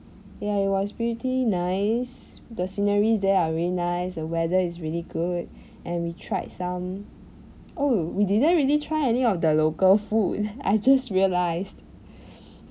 ya it was pretty nice the sceneries there are really nice the weather is really good and we tried some oh we didn't really try any of the local food I just realised